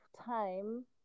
time